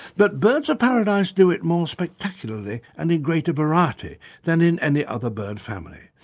but birds of paradise do it more spectacularly and in greater variety than in any other bird family.